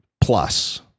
plus